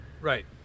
Right